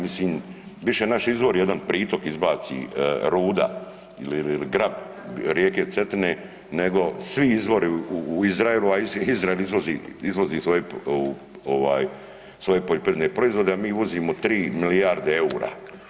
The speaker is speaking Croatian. Mislim više naš izvor, jedan pritok izbaci ruda ili grab rijeke Cetine nego svi izvori u Izraelu, a Izrael izvozi svoje poljoprivredne proizvode a mi uvozimo tri milijarde eura.